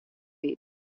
iten